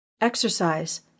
exercise